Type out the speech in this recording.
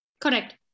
Correct